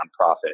nonprofit